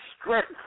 strength